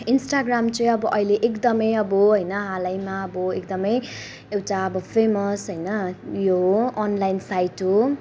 Instagram चाहिँ अब अहिले एकदमै अब होइन हालैमा अब एकदमै एउटा अब फेमस होइन यो हो अनलाइन साइट हो